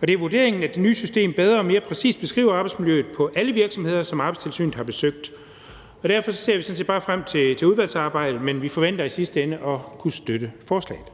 Og det er vurderingen, at det nye system bedre og mere præcist beskriver arbejdsmiljøet på alle virksomheder, som Arbejdstilsynet har besøgt. Derfor ser vi sådan set bare frem til udvalgsarbejdet, og vi forventer i sidste ende at kunne støtte forslaget.